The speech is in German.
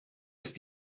ist